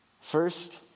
First